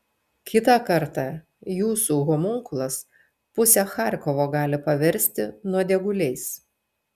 kitą kartą jūsų homunkulas pusę charkovo gali paversti nuodėguliais